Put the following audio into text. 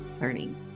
learning